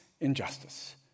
injustice